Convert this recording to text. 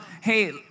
hey